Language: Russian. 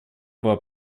была